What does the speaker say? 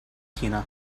tina